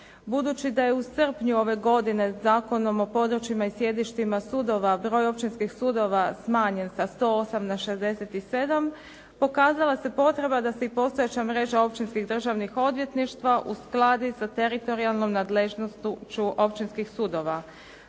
Budući da je u srpnju ove godine Zakonom o područjima i sjedištima sudova broj općinskih sudova smanjen za 108. na 67. pokazala se potreba da se i postojeća općinskih državnih odvjetništva uskladi sa teritorijalnom nadležnošću općinskih sudova.